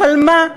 אבל מה,